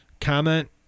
comment